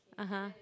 uh !huh!